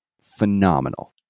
phenomenal